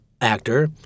actor